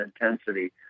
intensity